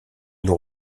nous